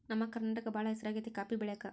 ನಮ್ಮ ಕರ್ನಾಟಕ ಬಾಳ ಹೆಸರಾಗೆತೆ ಕಾಪಿ ಬೆಳೆಕ